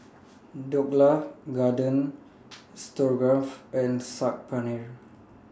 Dhokla Garden Stroganoff and Saag Paneer